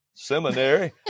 Seminary